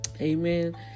Amen